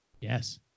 Yes